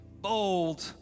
bold